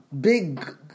big